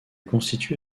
constitue